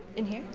in here?